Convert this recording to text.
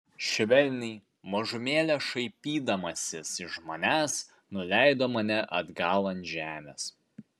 švelniai mažumėlę šaipydamasis iš manęs nuleido mane atgal ant žemės